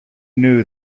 knew